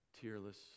tearless